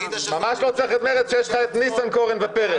-- ממש לא צריך את מרצ כשיש לך את ניסנקורן ופרץ.